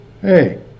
hey